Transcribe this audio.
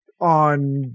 on